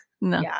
No